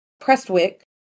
Prestwick